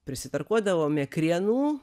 prisitarkuodavome krienų